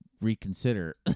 reconsider